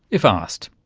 if asked,